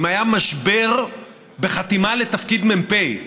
אם היה משבר בחתימה לתפקיד מ"פ,